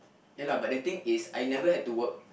ya lah but the thing is I never had to work